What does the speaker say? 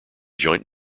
joint